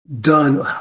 done